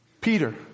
Peter